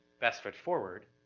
best foot forward.